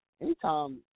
Anytime –